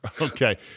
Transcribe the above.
Okay